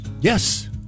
Yes